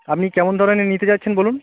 আপনি কেমন ধরনের নিতে বলুন